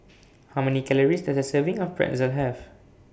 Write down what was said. How Many Calories Does A Serving of Pretzel Have